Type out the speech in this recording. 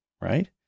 right